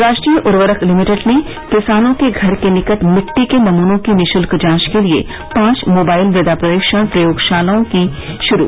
राष्ट्रीय उर्वरक लिमिटेड ने किसानों के घर के निकट मिट्टी के नमूनों की निशुल्क जांच के लिए पांच मोबाइल मृदा परीक्षण प्रयोगशालाएं कीं शुरू